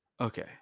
Okay